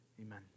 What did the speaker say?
Amen